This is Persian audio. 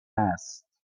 است